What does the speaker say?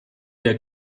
der